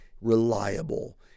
reliable